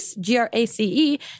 G-R-A-C-E